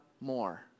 more